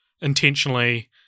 intentionally